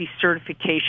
certification